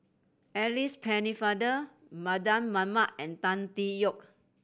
Alice Pennefather Mardan Mamat and Tan Tee Yoke